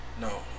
No